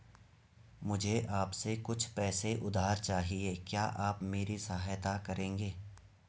मुझे आपसे कुछ पैसे उधार चहिए, क्या आप मेरी सहायता करेंगे?